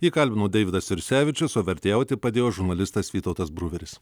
jį kalbino deividas jursevičius o vertėjauti padėjo žurnalistas vytautas bruveris